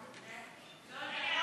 איזה נשף?